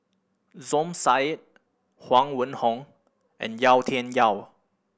Som Said Huang Wenhong and Yau Tian Yau